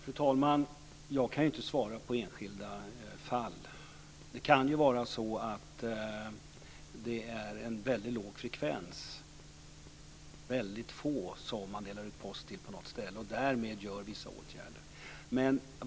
Fru talman! Jag kan ju inte svara på hur det är i enskilda fall. Det kan vara så att det är en väldigt låg frekvens, väldigt få som man delar ut post till på något ställe, och att man därför genomför vissa åtgärder.